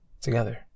together